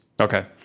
Okay